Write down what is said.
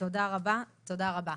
תודה רבה, תודה רבה.